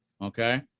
okay